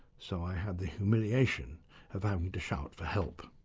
so i had the humiliation of having to shout for help.